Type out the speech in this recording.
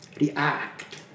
react